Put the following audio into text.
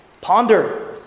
Ponder